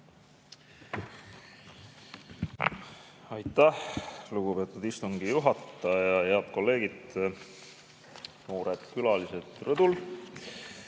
Aitäh, lugupeetud istungi juhataja! Head kolleegid! Noored külalised rõdul,